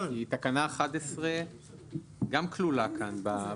כי תקנה 11 גם כלולה כאן ברשימה,